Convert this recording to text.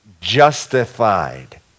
justified